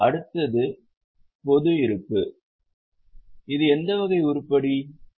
அடுத்தது பொது இருப்பு இது எந்த வகை உருப்படி இது